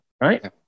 right